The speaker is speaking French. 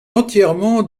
entièrement